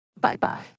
Bye-bye